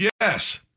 Yes